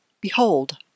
Behold